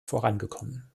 vorangekommen